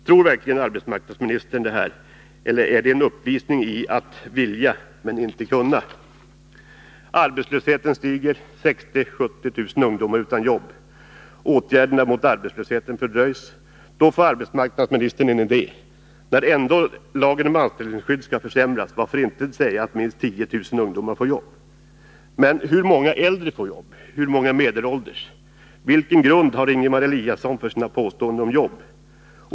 Tror verkligen arbetsmarknadsministern det, eller är det en uppvisning i att vilja men inte kunna? Arbetslösheten stiger; 60 000-70 000 ungdomar är utan jobb. Åtgärderna mot arbetslösheten fördröjs. Då får arbetsmarknadsministern en idé. När lagen om anställningsskydd ändå skall försämras — varför inte säga att minst 10 000 ungdomar får jobb? Men hur många äldre får jobb? Hur många medelålders? Vilken grund har Ingemar Eliasson för sina påståenden om jobb?